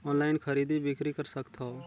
Online खरीदी बिक्री कर सकथव?